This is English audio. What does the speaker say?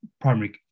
primary